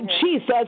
Jesus